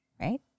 right